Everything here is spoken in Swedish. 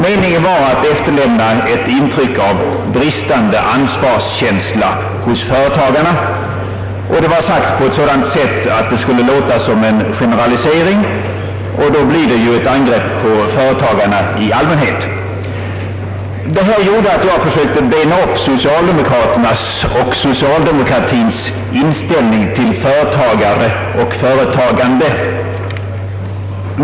Meningen var att efterlämna ett intryck av bristande ansvarskänsla hos företagarna. Yttrandet var så formulerat att det skulle låta som en generalisering; och då blir det ju ett angrepp på företagarna i allmänhet. Detta gjorde att jag försökte bena upp socialdemokraternas och socialdemokratins inställning till företagare och företagande.